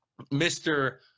Mr